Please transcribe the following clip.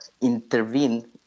intervene